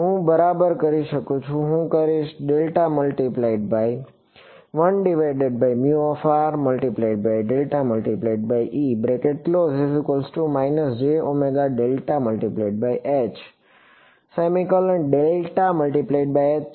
હું બરાબર કરી શકું છું હું કરીશ છે